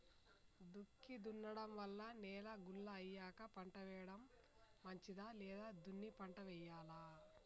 దుక్కి దున్నడం వల్ల నేల గుల్ల అయ్యాక పంట వేయడం మంచిదా లేదా దున్ని పంట వెయ్యాలా?